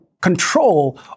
control